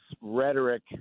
rhetoric